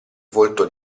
volto